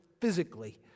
physically